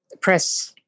press